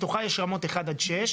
בתוכה יש רמות אחד עד שש.